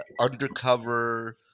undercover